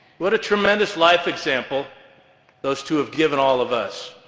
what a tremdous life example those two have given all of us.